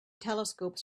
telescopes